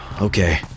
okay